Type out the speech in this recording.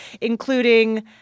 including